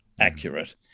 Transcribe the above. accurate